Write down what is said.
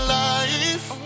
life